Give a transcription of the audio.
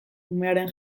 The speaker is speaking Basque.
umearen